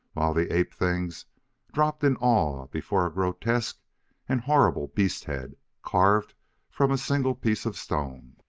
while the ape-things dropped in awe before a grotesque and horrible beast-head carved from a single piece of stone.